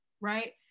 right